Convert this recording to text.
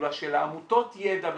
פעולה של העמותות, ידע.